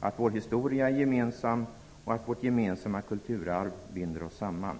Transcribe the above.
att vår historia är gemensam och att vårt gemensamma kulturarv binder oss samman.